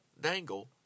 Dangle